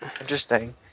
interesting